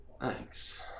Thanks